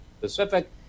Pacific